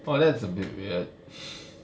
oh that's a bit weird